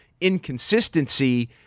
inconsistency